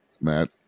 Matt